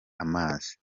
amazi